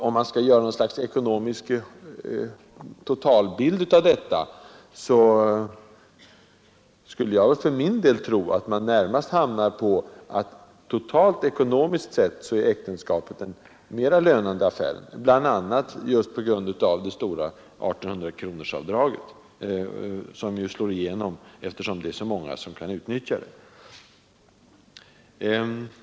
Om man gör något slags ekonomisk totalbild tror jag att man närmast kommer fram till att totalt ekonomiskt sett är äktenskapet gynnat, bl.a. på grund av 1 800-kronorsavdraget vid beskattningen, som slår igenom eftersom det är så många som kan utnyttja det.